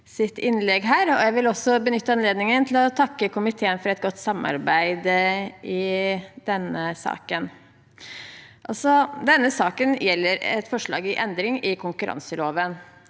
Jeg vil også benytte anledningen til å takke komiteen for et godt samarbeid i denne saken. Denne saken gjelder et forslag om endring i konkurranseloven.